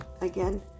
Again